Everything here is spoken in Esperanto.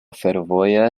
fervoja